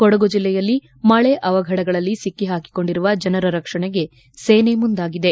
ಕೊಡಗು ಜಿಲ್ಲೆಯಲ್ಲಿ ಮಳೆ ಅವಘಡಗಳಲ್ಲಿ ಸಿಕ್ಕಿ ಹಾಕಿಕೊಂಡಿರುವ ಜನರ ರಕ್ಷಣೆಗೆ ಸೇನೆ ಮುಂದಾಗಿದೆ